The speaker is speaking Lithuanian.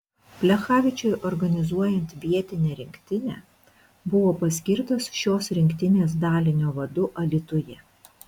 plechavičiui organizuojant vietinę rinktinę buvo paskirtas šios rinktinės dalinio vadu alytuje